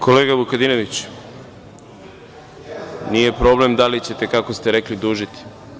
Kolega Vukadinoviću, nije problem da li ćete, kako ste rekli, dužiti.